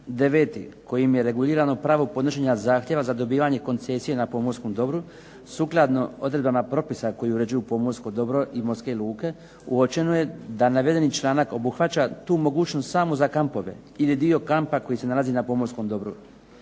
9. kojim je regulirano pravo podnošenja zahtjeva za dobivanje koncesije na pomorskom dobru, sukladno odredbama propisa koji uređuju pomorsko dobro i morske luke, uočeno je da navedeni članak obuhvaća tu mogućnost samo za kampove ili dio kampa koji se nalazi na pomorskom dobru.